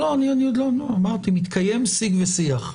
אמרתי שמתקיים שיג ושיח.